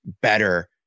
better